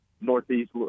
Northeast